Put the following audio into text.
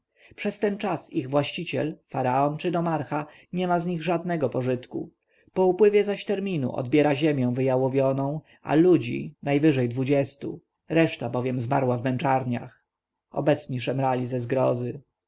przez ten czas ich właściciel faraon czy nomarcha nie ma z nich żadnego pożytku po upływie zaś terminu odbiera ziemię wyjałowioną a ludzi najwyżej dwudziestu reszta bowiem zmarła w męczarniach obecni szemrali ze zgrozy